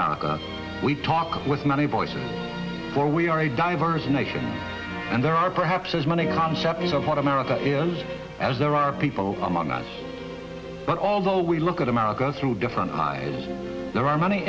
america we talk with many voices for we are a diverse nation and there are perhaps as many concepts of one america as there are people among us but although we look at america through different eyes there are many